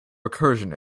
recursion